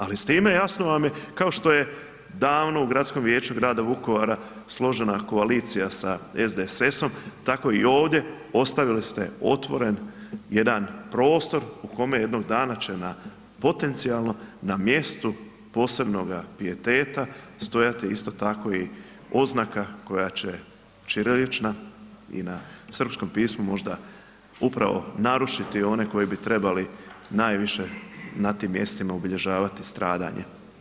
Ali s time jasno vam je kao što je davno u Gradskom vijeću grada Vukovara složena koalicija sa SDSS-om tako i ovdje ostavili ste jedan prostor u kome jednog dana potencijalno na mjestu posebnoga pijeteta stojati isto tako i oznaka koja će ćirilična i na srpskom pismu možda upravo narušiti one koji bi trebali najviše na tim mjestima obilježavati stradanje.